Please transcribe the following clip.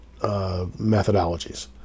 methodologies